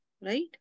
right